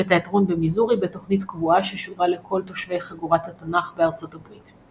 במיזורי בתוכנית קבועה ששודרה לכל תושבי חגורת התנ״ך בארצות הברית.